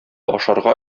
ашарга